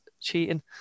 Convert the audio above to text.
cheating